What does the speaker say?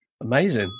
Amazing